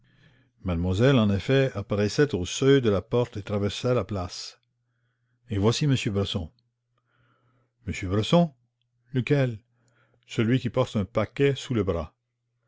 mademoiselle en effet apparaissait au seuil de la porte et traversait la place et voici m bresson le monsieur qui porte un paquet sous le bras